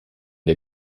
der